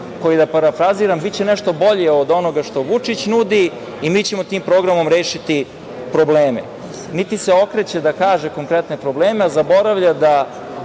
koji, da parafraziram, će biti nešto bolje od onoga što Vučić nudi i mi ćemo tim programom rešiti probleme. Niti se okreće da kaže konkretne probleme, a zaboravlja da,